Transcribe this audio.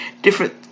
different